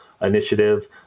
initiative